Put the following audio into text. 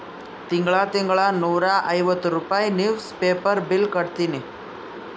ತಿಂಗಳಾ ತಿಂಗಳಾ ನೂರಾ ಐವತ್ತ ರೂಪೆ ನಿವ್ಸ್ ಪೇಪರ್ ಬಿಲ್ ಕಟ್ಟತ್ತಿನಿ